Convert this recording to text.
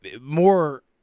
more